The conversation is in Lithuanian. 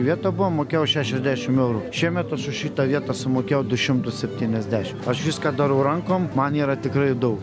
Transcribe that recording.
vieta buvo mokėjau šešiasdešim eurų šiemet aš už šitą vietą sumokėjau du šimtus septyniasdešim aš viską darau rankom man yra tikrai daug